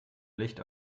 licht